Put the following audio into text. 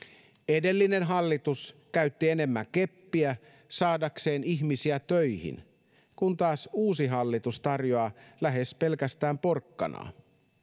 edellinen hallitus käytti enemmän keppiä saadakseen ihmisiä töihin kun taas uusi hallitus tarjoaa lähes pelkästään porkkanaa